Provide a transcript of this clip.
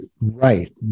Right